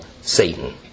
Satan